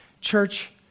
church